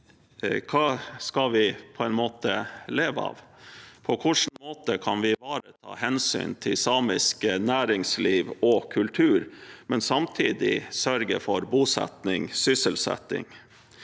vi skal leve av. På hvilken måte kan vi ivareta hensynet til samisk næringsliv og kultur og samtidig sørge for bosetting og sysselsetting?